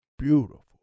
Beautiful